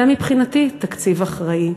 זה, מבחינתי, תקציב אחראי.